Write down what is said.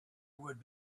would